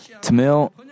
Tamil